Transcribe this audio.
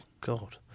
god